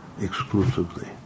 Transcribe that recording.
exclusively